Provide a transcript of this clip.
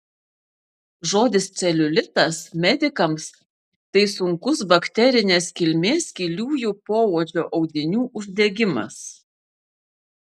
žodis celiulitas medikams tai sunkus bakterinės kilmės giliųjų poodžio audinių uždegimas